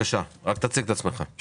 אני